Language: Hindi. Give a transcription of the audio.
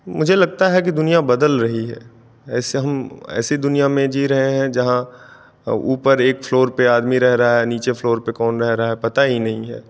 मुझे लगता है कि दुनिया बदल रही है ऐसा हम ऐसी दुनिया में जी रहे हैं जहाँ ऊपर एक फ्लोर पे आदमी रह रहा है नीचे फ्लोर पे कौन रह रहा है पता ही नहीं है